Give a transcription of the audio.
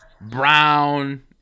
brown